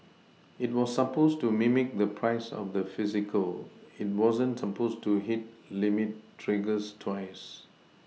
it was supposed to mimic the price of the physical it wasn't supposed to hit limit triggers twice